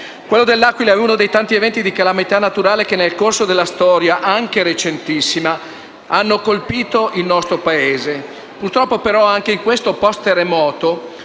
Quello dell'Aquila è uno dei tanti eventi di calamità naturale che nel corso della storia, anche recentissima, hanno colpito il nostro Paese. Purtroppo, però, anche in questo *post* terremoto